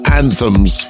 anthems